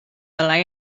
the